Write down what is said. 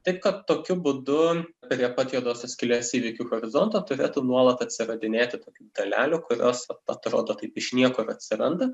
taip kad tokiu būdu prie pat juodosios skylės įvykių horizonto turėtų nuolat atsiradinėti tokių dalelių kurios atrodo kaip iš niekur atsiranda